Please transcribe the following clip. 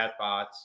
chatbots